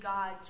God